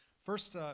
first